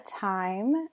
time